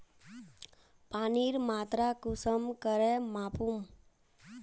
पानीर मात्रा कुंसम करे मापुम?